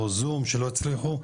או זום שלא הצליחו,